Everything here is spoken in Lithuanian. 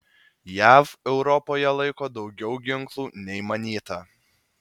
jav europoje laiko daugiau ginklų nei manyta